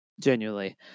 genuinely